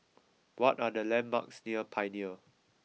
what are the landmarks near Pioneer